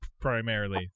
primarily